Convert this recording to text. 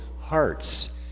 hearts